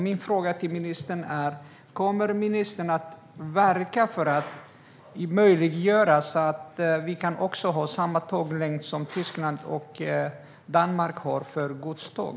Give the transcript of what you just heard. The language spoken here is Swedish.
Min fråga till ministern är: Kommer ministern att verka för att möjliggöra att vi kan ha samma tåglängd som Tyskland och Danmark har för godståg?